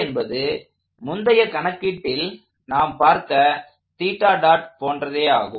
என்பது முந்தைய கணக்கீட்டில் நாம் பார்த்த போன்றதேயாகும்